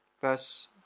verse